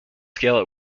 scale